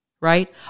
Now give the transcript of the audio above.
right